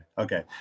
Okay